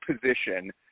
position